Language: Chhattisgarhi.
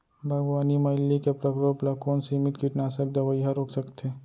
बागवानी म इल्ली के प्रकोप ल कोन सीमित कीटनाशक दवई ह रोक सकथे?